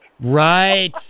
Right